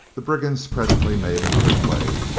the brigands presently made another play.